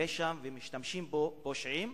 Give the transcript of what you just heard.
ומשתמשים בו פושעים.